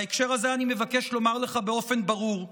בהקשר הזה אני מבקש לומר לך באופן ברור: